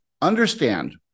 understand